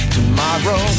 Tomorrow